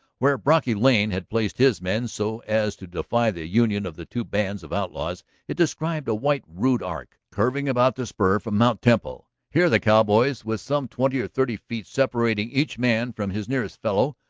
where brocky lane had placed his men so as to defy the union of the two bands of outlaws it described a wide rude arc curving about the spur from mt. temple. here the cowboys, with some twenty or thirty feet separating each man from his nearest fellow,